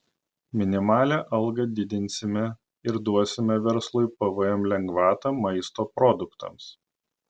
minimalią algą didinsime ir duosime verslui pvm lengvatą maisto produktams